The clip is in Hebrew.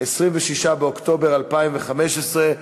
26 באוקטובר 2015,